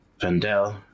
Vendel